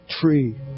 tree